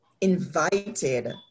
invited